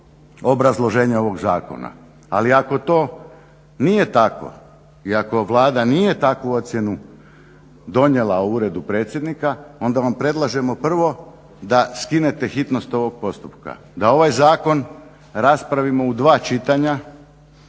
obrazloženje ovog zakona. Ali ako to nije tako i ako Vlada nije takvu ocjenu donijela o Uredu predsjednika onda vam predlažemo prvo da skinete hitnost ovog postupka, da ovaj Zakon raspravimo u dva čitanja.